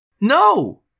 No